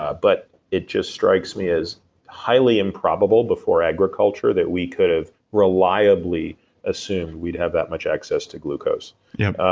ah but it just strikes me as highly improbable before agriculture that we could've reliably assumed we'd have that much access to glucose yep